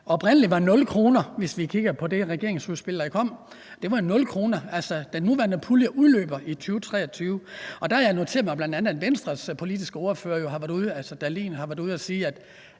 oprindelige beløb på 0 kr., hvis vi kigger på det regeringsudspil, der kom; der var det på 0 kr. Altså, den nuværende pulje udløber i 2023, og der har jeg bl.a. noteret mig, at Venstres politiske ordfører, altså Morten Dahlin, har været ude at sige, at